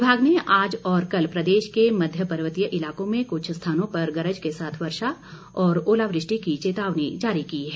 विमाग ने आज और कल प्रदेश के मध्य पर्वतीय इलाकों में कुछ स्थानों पर गर्ज के साथ वर्षा और ओलावृष्टि की चेतावनी जारी की है